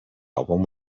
album